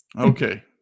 Okay